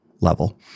level